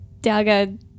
Daga